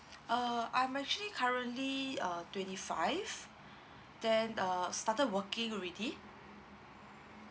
uh I'm actually currently uh twenty five then uh started working already